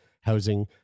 housing